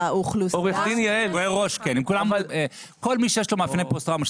כל מי שיש לו מאפייני פוסט טראומה,